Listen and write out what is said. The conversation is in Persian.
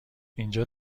اینجا